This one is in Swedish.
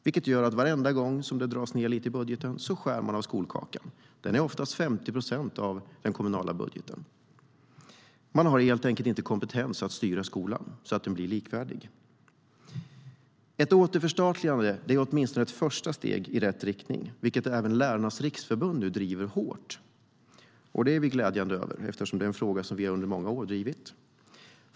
Det gör att varenda gång det dras ned lite i budgeten skär man av skolkakan. Den är oftast 50 procent av den kommunala budgeten. Man har helt enkelt inte kompetens att styra skolan så att den blir likvärdig. Ett återförstatligande är åtminstone ett första steg i rätt riktning, vilket även Lärarnas Riksförbund nu driver hårt. Det är vi glada över, eftersom det är en fråga som vi drivit under många år.